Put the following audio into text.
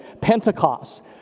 Pentecost